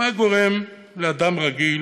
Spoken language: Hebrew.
מה גורם לאדם רגיל